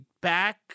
back